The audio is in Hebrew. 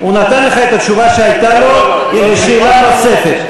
הוא נתן לך את התשובה שהייתה לו על השאלה הנוספת.